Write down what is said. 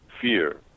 fear